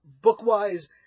Book-wise